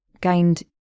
gained